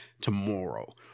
tomorrow